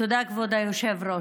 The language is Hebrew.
תודה, כבוד היושב-ראש.